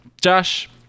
Josh